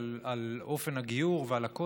על אופן הגיור והכותל,